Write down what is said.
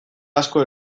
asko